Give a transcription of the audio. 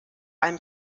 allem